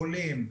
עולים,